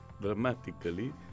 dramatically